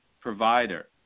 provider